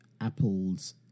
Apple's